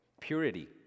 Purity